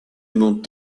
aimons